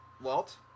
Walt